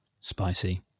spicy